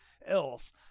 else